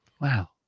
Wow